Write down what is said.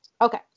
Okay